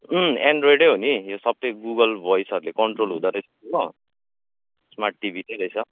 Android नै हो नि यो सबै गुगल भोइसहरूले कन्ट्रोल हुँदोरहेछ हो रहेछ स्मार्ट टिभी नै रहेछ